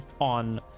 on